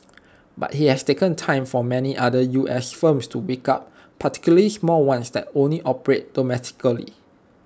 but IT has taken time for many other U S firms to wake up particularly small ones that only operate domestically